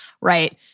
right